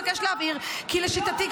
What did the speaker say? אבקש להבהיר כי לשיטתי,